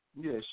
Yes